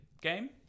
game